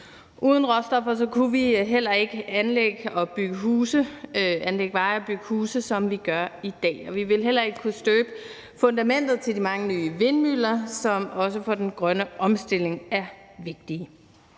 Uden råstoffer kunne vi heller ikke anlægge veje og bygge huse, som vi gør i dag, og vi ville heller ikke kunne støbe fundamentet til de mange nye vindmøller, som også for den grønne omstilling er vigtige.